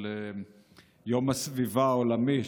על יום הסביבה העולמי,